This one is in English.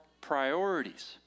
priorities